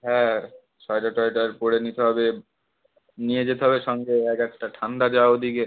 হ্যাঁ সয়েটার টয়েটার পরে নিতে হবে নিয়ে যেতে হবে সঙ্গে এক একটা ঠান্ডা যা ওদিকে